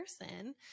person